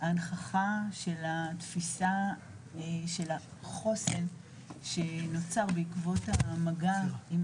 ההנכחה של התפיסה של החוסן שנוצר בעקבות המגע עם